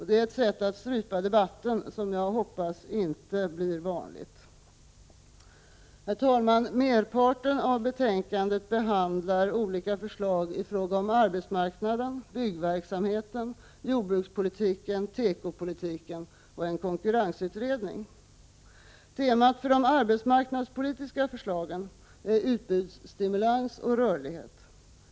Det är ett sätt att strypa debatten som jag hoppas inte blir vanligt. Herr talman! Merparten av betänkandet behandlar olika förslag i fråga om arbetsmarknaden, byggverksamheten, jordbrukspolitiken, tekopolitiken och en konkurrensutredning. Temat för de arbetsmarknadspolitiska förslagen är utbudsstimulans och rörlighet.